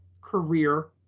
career